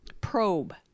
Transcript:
probe